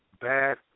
Bad